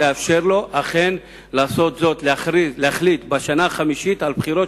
לאפשר לו אכן להחליט בשנה החמישית על בחירות